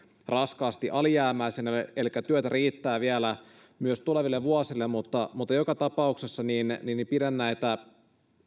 raskaasti alijäämäisenä elikkä työtä riittää vielä myös tuleville vuosille joka tapauksessa pidän näitä